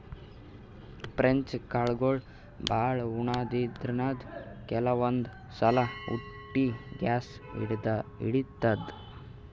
French ಕಾಳ್ಗಳ್ ಭಾಳ್ ಉಣಾದ್ರಿನ್ದ ಕೆಲವಂದ್ ಸಲಾ ಹೊಟ್ಟಿ ಗ್ಯಾಸ್ ಹಿಡಿತದ್